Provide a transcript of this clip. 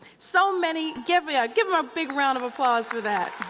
so many give yeah give them a big round of applause for that.